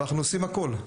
אנחנו עושים הכל.